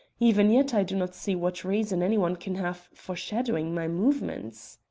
even yet i do not see what reason anyone can have for shadowing my movements.